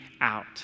out